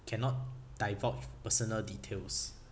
cannot divulge personal details